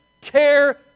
care